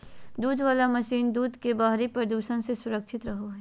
दूध वला मशीन दूध के बाहरी प्रदूषण से सुरक्षित रखो हइ